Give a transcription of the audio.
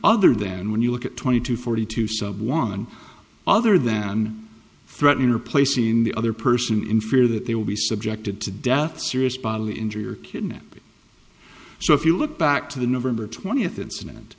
other than when you look at twenty to forty to someone other than threatening or placing the other person in fear that they will be subjected to death serious bodily injury or kidnapping so if you look back to the november twentieth